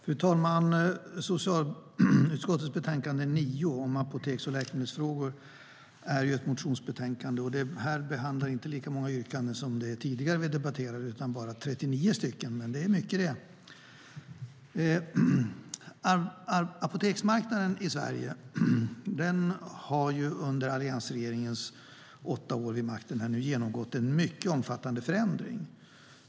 Fru talman! Socialutskottets betänkande 9 om apoteks och läkemedelsfrågor är ett motionsbetänkande. Det behandlar inte lika många yrkanden som det tidigare betänkandet som vi debatterade, utan det här behandlar bara 39 yrkanden, men det är ändå många. Apoteksmarknaden i Sverige har under alliansregeringens åtta år vid makten genomgått en mycket omfattande förändring.